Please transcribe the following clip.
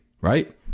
right